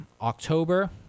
october